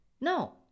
No